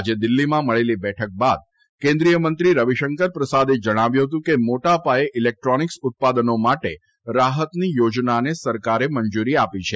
આજે દિલ્હીમાં મળેલી બેઠક બાદ કેન્દ્રિયમંત્રી રવિશંકર પ્રસાદે જણાવ્યું હતું કે મોટા પાયે ઇલેક્ટ્રોનિક્સ ઉત્પાદનો માટે રાહતની યોજનાને સરકારે મંજુરી આપી છે